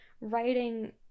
writing